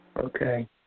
Okay